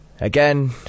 Again